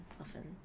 often